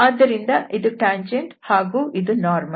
ಆದ್ದರಿಂದ ಇದು ಟ್ಯಾಂಜೆಂಟ್ ಹಾಗೂ ಇದು ಲಂಬ